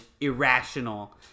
irrational